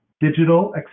digital